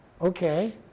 okay